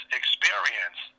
experience